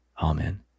Amen